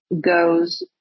goes